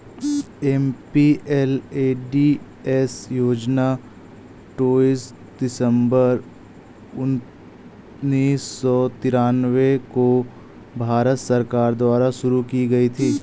MPLADS योजना तेईस दिसंबर उन्नीस सौ तिरानवे को भारत सरकार द्वारा शुरू की गयी थी